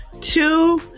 Two